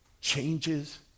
changes